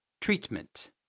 Treatment